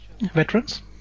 veterans